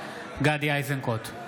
גדי איזנקוט,